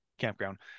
campground